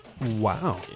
Wow